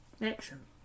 Excellent